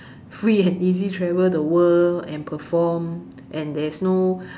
free and easy travel the world and perform and there is no